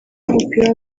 w’umupira